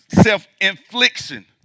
self-infliction